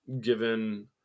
given